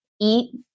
eat